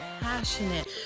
passionate